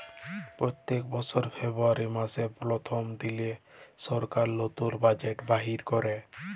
প্যত্তেক বসর ফেব্রুয়ারি মাসের পথ্থম দিলে সরকার লতুল বাজেট বাইর ক্যরে